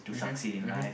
mmhmm mmhmm